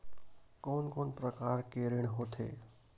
कोन कोन प्रकार के ऋण होथे?